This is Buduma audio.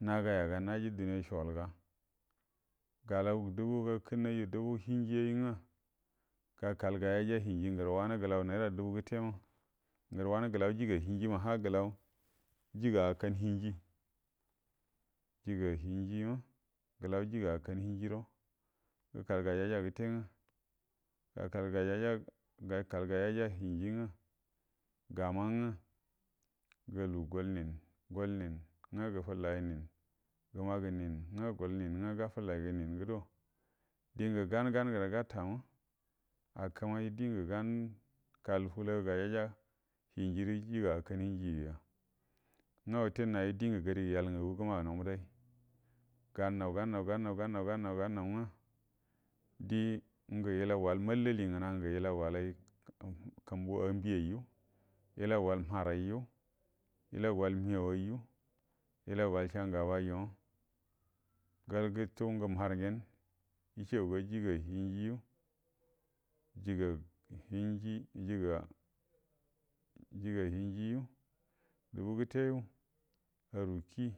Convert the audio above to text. Nagayaga naji duniya sholga galau dubu gakənnəiju dubu hinjiyayi nga gakal gayaja hinji ngə wanə gəlnu naira dubu gətema ngrə wanə gəlau jiga hinjina ha glau jiga akanə hiji jiga hinjima glau jiga akanə hinjire gəta gajaja gəte nga gakal gajaja gakal gajaja hinji ngə gama nga galu gol ninə gol ninə ngə gəfakai ninə gəmagə ninə angə yol ninə nga gəfəllai ninə gəmagə ninə nga gol ninə nga ga fəllai gə ninə gədo dingə ganə ganə gəre gatama akəmai dingə ganə kall fulo gajaja hinjirə jiga akanə hinji yuya nga ute nayu dingə garigə yal ngagumu gəmagənau umbədai gannau gannau gannau gannau ngə dingə ilaguway mallili ngəna nga ilgu walai kumbuwai ju ambiyayi ju ilaguwal unharaiju ilaguwal umhiyau waiju ilaguw shangabai yo gol gutu ngə mharə ngenə ishaguga jiga hinji yu jiga hinji jiga jiga hinji dubu gəte yu aru kii